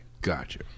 Gotcha